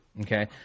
Okay